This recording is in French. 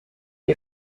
les